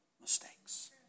mistakes